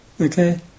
Okay